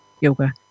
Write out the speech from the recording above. yoga